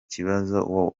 kibazo